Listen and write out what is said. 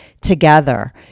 together